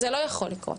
זה לא יכול לקרות.